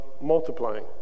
multiplying